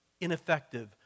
ineffective